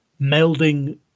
melding